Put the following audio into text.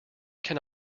can